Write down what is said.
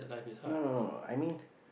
no no no no I mean